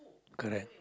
correct